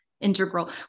integral